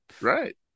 Right